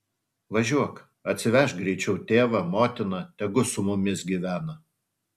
važiuok atsivežk greičiau tėvą motiną tegu su mumis gyvena